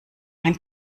mein